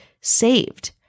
saved